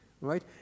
right